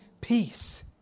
peace